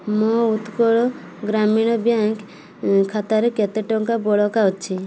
ମୋ ଉତ୍କଳ ଗ୍ରାମୀଣ ବ୍ୟାଙ୍କ୍ ଖାତାରେ କେତେ ଟଙ୍କା ବଳକା ଅଛି